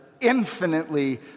infinitely